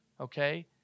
okay